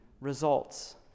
results